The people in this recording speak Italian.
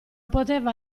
poteva